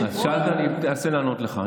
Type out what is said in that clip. אז שאלת ואני אנסה לענות לך.